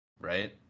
right